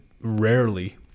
rarely